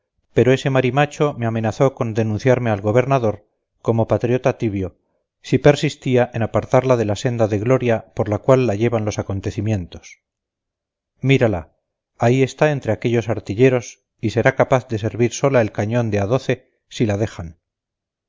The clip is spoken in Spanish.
pero ese marimacho me amenazó con denunciarme al gobernador como patriota tibio si persistía en apartarla de la senda de gloria por la cual la llevan los acontecimientos mírala ahí está entre aquellos artilleros y será capaz de servir sola el cañón de a si la dejan